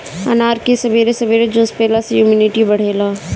अनार के सबेरे सबेरे जूस पियला से इमुनिटी बढ़ेला